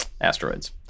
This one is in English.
asteroids